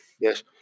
Yes